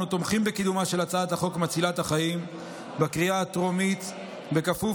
אנו תומכים בקידומה של הצעת החוק מצילת החיים בקריאה הטרומית בכפוף